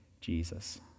Jesus